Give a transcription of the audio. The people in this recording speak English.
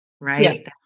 right